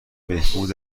بهبود